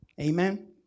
amen